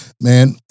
Man